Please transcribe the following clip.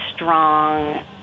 strong